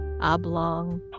oblong